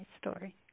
story